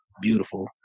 beautiful